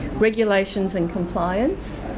regulations and compliance,